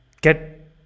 get